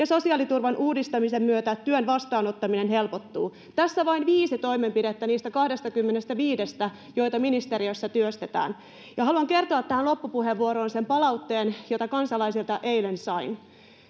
sosiaaliturvan uudistamisen myötä työn vastaanottaminen helpottuu tässä vain viisi toimenpidettä niistä kahdestakymmenestäviidestä joita ministeriössä työstetään ja haluan kertoa tähän puheenvuoron loppuun sen palautteen jota kansalaisilta eilen sain